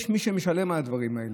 יש מי שמשלם על הדברים האלה.